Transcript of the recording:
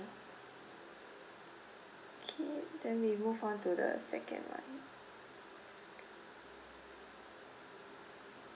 okay then we move on to the second part